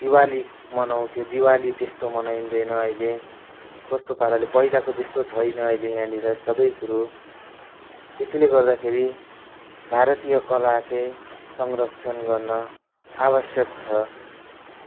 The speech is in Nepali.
दिवाली मनाउँथ्यो दिवाली त्यस्तो मनाइँदैन अहिले कस्तो पाराले पहिलाको जस्तो छैन अहिले यहाँनिर सबै कुरो त्यसैले गर्दाखेरि भारतीय कला चाहिँ संरक्षण गर्न आवश्यक छ